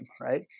right